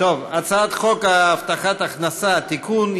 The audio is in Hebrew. הצעת חוק הבטחת הכנסה (תיקון,